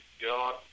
God